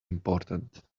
important